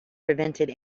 prevented